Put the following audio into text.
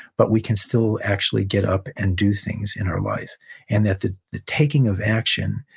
but we can still actually get up and do things in our life and that the taking of action,